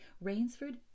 Rainsford